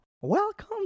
Welcome